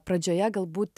pradžioje galbūt